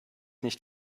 nicht